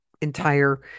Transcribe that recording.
entire